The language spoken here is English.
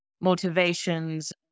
motivations